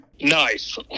nice